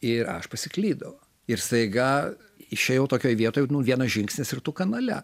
ir aš pasiklydau ir staiga išėjau tokioj vietoj vienas žingsnis ir kanale